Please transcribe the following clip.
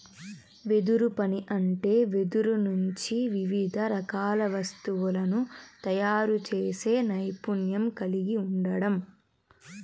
వెదురు పని అంటే వెదురు నుంచి వివిధ రకాల వస్తువులను తయారు చేసే నైపుణ్యం కలిగి ఉండడం